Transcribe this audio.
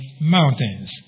mountains